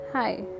Hi